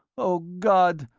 o god!